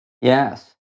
Yes